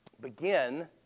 Begin